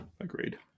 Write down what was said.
Agreed